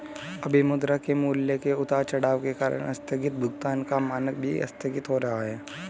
अभी मुद्रा के मूल्य के उतार चढ़ाव के कारण आस्थगित भुगतान का मानक भी आस्थगित हो रहा है